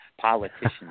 politicians